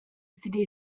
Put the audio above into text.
city